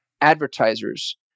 advertisers